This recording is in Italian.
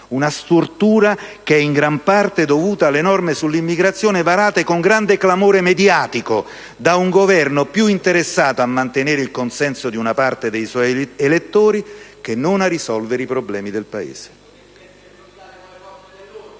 Una stortura che è in gran parte dovuta alle norme sull'immigrazione, varate con gran clamore mediatico da un Governo più interessato a mantenere il consenso di una parte dei suoi elettori che non a risolvere i problemi del Paese.